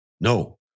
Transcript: No